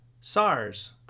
SARS